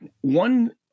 One